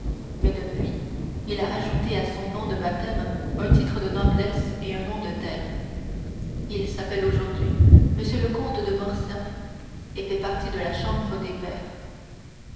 mais depuis il a ajouté à son nom de baptême un titre de noblesse et un nom de terre il s'appelle aujourd'hui m le comte de morcerf et fait partie de la chambre des pairs